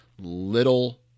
little